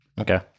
Okay